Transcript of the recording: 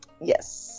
Yes